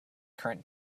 current